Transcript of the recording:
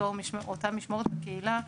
אותה משמורת בקהילה,